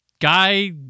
guy